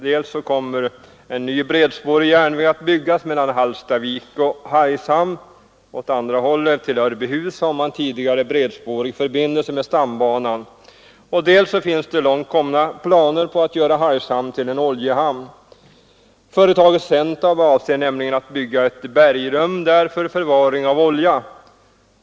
Dels skall en ny bredspårig järnväg byggas mellan Hallstavik och Hargshamn — åt andra hållet till Örbyhus har man tidigare bredspårig förbindelse med stambanan —, dels finns det långt komna planer på att göra Hargshamn till en oljehamn. Företaget SENTAB avser nämligen att bygga ett bergrum där för förvaring av olja.